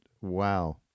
Wow